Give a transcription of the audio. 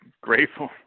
grateful